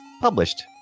published